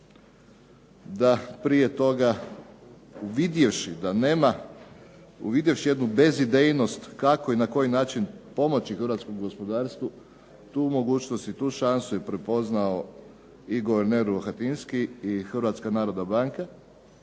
da nema, uvidjevši jednu bezidejnost kako i na koji način pomoći hrvatskom gospodarstvu tu mogućnost i tu šansu je prepoznao i guverner Rohatinski